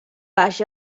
baix